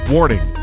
Warning